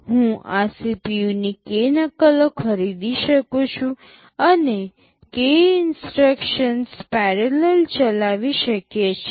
હું આ CPU ની k નકલો ખરીદી શકું છું અને k ઇન્સટ્રક્શન્સ પેરેલલ ચલાવી શકીએ છીએ